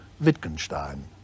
Wittgenstein